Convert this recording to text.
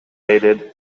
raided